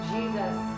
Jesus